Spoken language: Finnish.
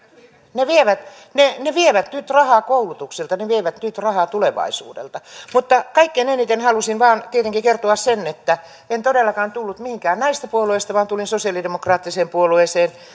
ne ne vievät nyt rahaa koulutukselta ne ne vievät nyt rahaa tulevaisuudelta mutta kaikkein eniten halusin vain tietenkin kertoa sen että en todellakaan tullut mihinkään näistä puolueista vaan tulin sosialidemokraattiseen puolueeseen